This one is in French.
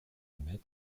mètres